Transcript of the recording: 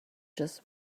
just